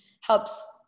helps